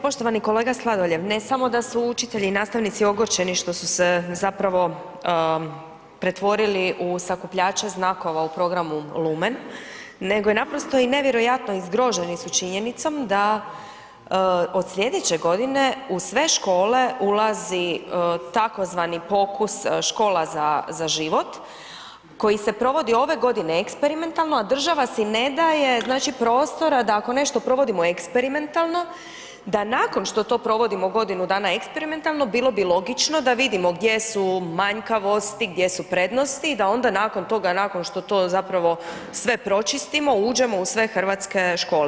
Poštovani kolega Sladoljev, ne samo da su učitelji i nastavnici ogorčeni što su se zapravo pretvorili u sakupljače znakova u programu Lumen, nego je naprosto i nevjerojatno i zgroženi su činjenicom da od slijedeće godine u sve škole ulazi tzv. Pokus, škola za život, koji se provodi ove godine eksperimentalno, a država si ne daje, znači, prostor da ako nešto provodimo eksperimentalno da nakon što to provodimo godinu dana eksperimentalno, bilo bi logično da vidimo gdje su manjkavosti, gdje su prednosti, da onda nakon toga, nakon što to zapravo sve pročistimo, uđemo u sve hrvatske škole.